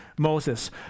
Moses